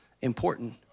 important